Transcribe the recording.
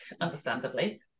understandably